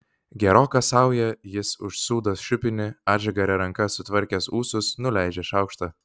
geroka sauja jis užsūdo šiupinį atžagaria ranka sutvarkęs ūsus nuleidžia šaukštą